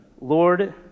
Lord